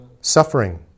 Suffering